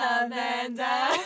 Amanda